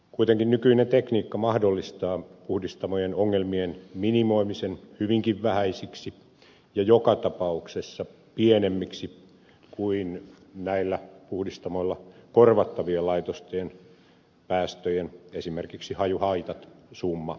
kuitenkin nykyinen tekniikka mahdollistaa puhdistamojen ongelmien minimoimisen hyvinkin vähäisiksi ja joka tapauksessa pienemmiksi kuin näillä puhdistamoilla korvattavien laitosten päästöjen esimerkiksi hajuhaittojen summa olisi